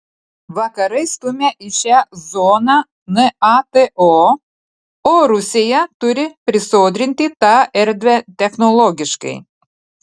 vakarai stumia į šią zoną nato o rusija turi prisodrinti tą erdvę technologiškai